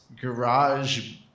garage